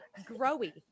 growy